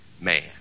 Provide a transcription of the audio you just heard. man